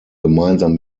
gemeinsam